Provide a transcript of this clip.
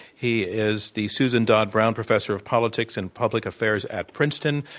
he is the susan dod brown professor of politics and public affairs at princeton.